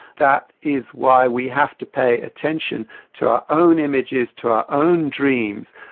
that is why we have to pay attention to our own images, to our own dreams,